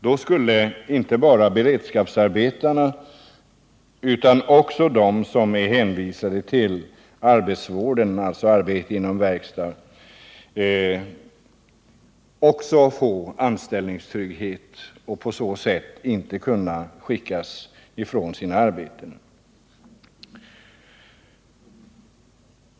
Då skulle inte bara beredskapsarbetarna utan också de som är hänvisade till arbetsvården få anställningstrygghet och på så sätt inte kunna skickas från sina arbeten.